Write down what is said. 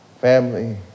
Family